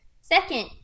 Second